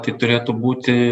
tai turėtų būti